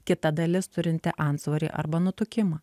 kita dalis turinti antsvorį arba nutukimą